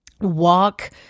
walk